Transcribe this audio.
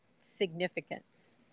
significance